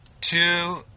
two